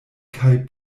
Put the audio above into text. kaj